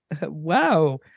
wow